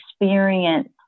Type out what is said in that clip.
experience